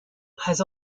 has